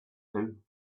two